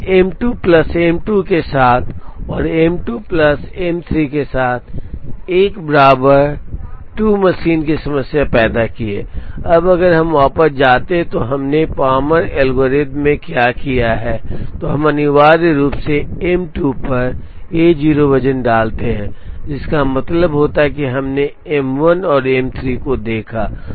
और M 2 plus M 2 के साथ और एम 2 प्लस एम 3 के साथ एक बराबर 2 मशीन की समस्या पैदा की अब अगर हम वापस जाते हैं और हमने पामर एल्गोरिथ्म में क्या किया है तो हम अनिवार्य रूप से एम 2 पर a0 वजन डालते हैं जिसका मतलब है कि हमने एम 1 और एम 3 को देखा